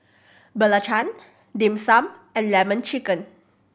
belacan Dim Sum and Lemon Chicken